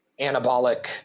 anabolic